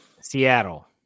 Seattle